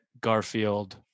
Garfield